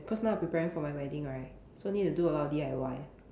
cause now I preparing for my wedding right so need to do a lot of D_I_Y